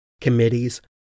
committees